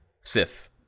Sith